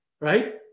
right